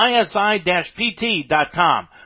isi-pt.com